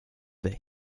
that